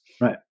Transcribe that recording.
Right